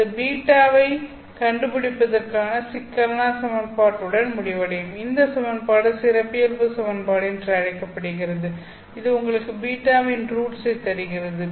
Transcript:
அது β ஐக் கண்டுபிடிப்பதற்கான சிக்கலான சமன்பாட்டுடன் முடிவடையும் அந்த சமன்பாடு சிறப்பியல்பு சமன்பாடு என அழைக்கப்படுகிறது இது உங்களுக்கு β வின் ரூட்ஸ் ஐத் தருகிறது